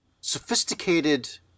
sophisticated